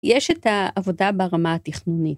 יש את העבודה ברמה התכנונית.